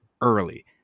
early